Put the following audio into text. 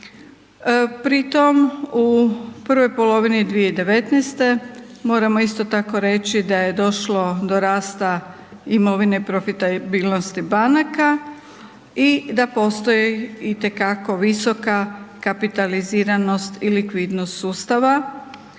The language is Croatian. pri tom u prvoj polovini 2019. moramo isto tako reći da je došlo do rasta imovine profitabilnosti banaka i da postoji itekako visoka kapitaliziranost i likvidnost sustava